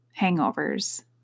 hangovers